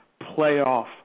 playoff